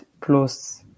plus